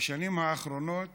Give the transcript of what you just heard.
בשנים האחרונות